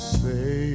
say